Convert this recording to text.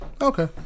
Okay